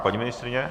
Paní ministryně?